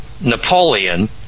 Napoleon